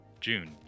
June